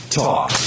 talk